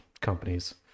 companies